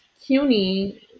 CUNY